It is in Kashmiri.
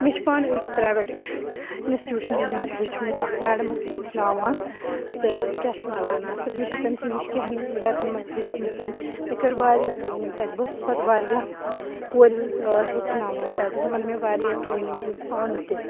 مےٚ چھِ پانہٕ أکۍ پرٛایویٹ اِنَسٹیوٗشنَس منٛز ہیوٚچھمُت اَکھ میڈَم ٲس ہیٚچھناوان تہٕ کیٛاہ چھِ وَنان اَتھ مےٚ چھِ تٔمۍ سٕے نِش کیٚنٛہہ ہَن رٮ۪تَن منٛز ہیوٚچھمُت مےٚ کٔر واریاہ ٹرٛینِنٛگ تَتہِ بہٕ ٲسٕس پَتہٕ واریاہ کورِ ہیٚچھناوان تَتہِ یِمَن مےٚ واریاہ ٹرٛینِنٛگ دِژ پانہٕ تہِ